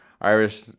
Irish